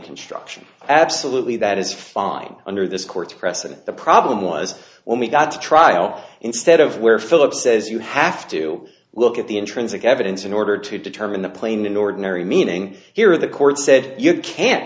construction absolutely that is fine under this court's precedent the problem was when we got to trial instead of where philip says you have to look at the intrinsic evidence in order to determine the plain ordinary meaning here the court said you can't